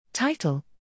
Title